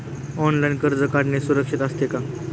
Online कर्ज काढणे सुरक्षित असते का?